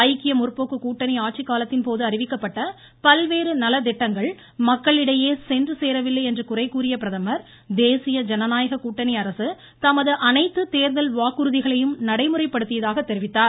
ஐக்கிய முற்போக்கு கூட்டணி ஆட்சிகாலத்தின் போது அறிவிக்கப்பட்ட பல்வேறு நலத்திட்டங்கள் மக்களிடையே சென்று சேரவில்லை என்று குறை கூறிய பிரதமர் தேசிய ஜனநாயக கூட்டணி அரசு தமது அனைத்து தேர்தல் வாக்குறுதிகளையும் நடைமுறைப்படுத்தியதாக தெரிவித்தார்